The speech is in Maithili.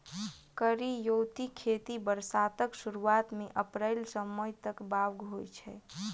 करियौती खेती बरसातक सुरुआत मे अप्रैल सँ मई तक बाउग होइ छै